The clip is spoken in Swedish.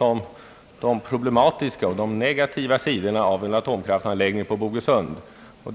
upp de problematiska och negativa sidorna av en atomkraftanläggning på Bogesundslandet.